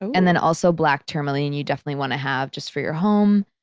and then also black tourmaline you definitely want to have just for your home,